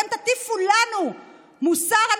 אתם תטיפו לנו מוסר?